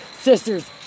sisters